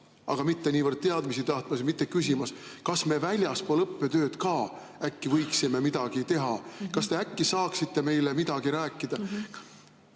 aga mitte niivõrd teadmisi tahtmas, mitte küsimas, kas me väljaspool õppetööd ka äkki võiksime midagi teha, kas te äkki saaksite meile midagi rääkida.